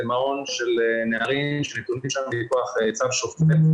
זה מעון של נערים -- -מכח צו שופט,